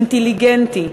אינטליגנטי,